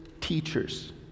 teachers